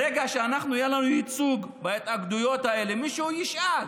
ברגע שיהיה לנו ייצוג בהתאגדויות האלה, מישהו ישאל